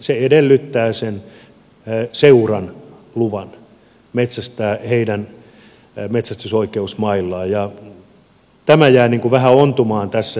se edellyttää seuran luvan metsästää heidän metsästysoikeusmaillaan ja tämä jää niin kuin vähän ontumaan tässä